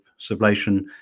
Sublation